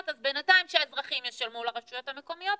אז בינתיים שהאזרחים ישלמו לרשויות המקומיות,